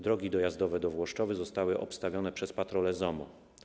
Drogi dojazdowe do Włoszczowy zostały obstawione przez patrole ZOMO.